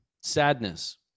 sadness